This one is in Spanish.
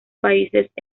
países